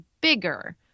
bigger